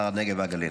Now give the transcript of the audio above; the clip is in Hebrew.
שר הנגב והגליל,